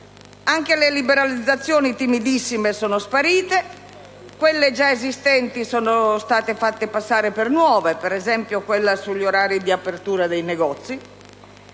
anche le liberalizzazioni timidissime sono sparite; quelle già esistenti sono state fatte passare per nuove, ad esempio quella sugli orari di apertura dei negozi;